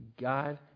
God